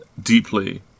deeply